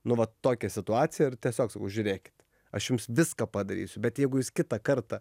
nu va tokią situaciją ir tiesiog sakau žiūrėkit aš jums viską padarysiu bet jeigu jūs kitą kartą